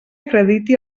acrediti